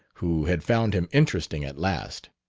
who had found him interesting at last.